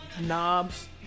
knobs